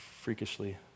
freakishly